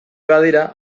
badira